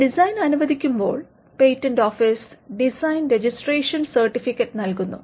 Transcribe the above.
ഒരു ഡിസൈൻ അനുവദിക്കുമ്പോൾ patent office design registration certificate നൽകുന്നു